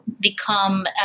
become